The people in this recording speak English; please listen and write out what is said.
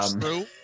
true